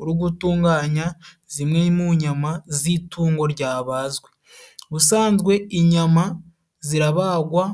uri gutunganya zimwe mu nyama z'itungo ryabazwe. Ubusanzwe inyama zirabagwa